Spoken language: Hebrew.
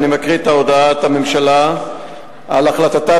אני מקריא את הודעת הממשלה על החלטתה